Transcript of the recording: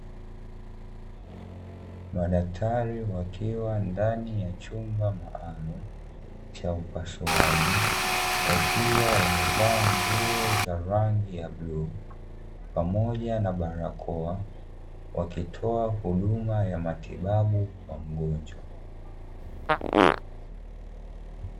Madaktari wakiwa ndani ya chumba maalumu cha upasuaji, wakiwa wamevaa nguo za rangi ya bluu pamoja na barakoa wakitoa huduma ya matibabu kwa mgonjwa.